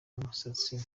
umusatsi